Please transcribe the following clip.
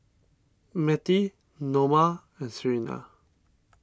Mettie Noma and Serina